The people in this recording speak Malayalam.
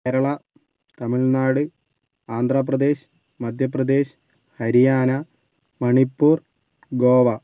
കേരള തമിൽനാട് ആന്ധ്രാ പ്രദേശ് മധ്യപ്രദേശ് ഹരിയാന മണിപ്പൂർ ഗോവ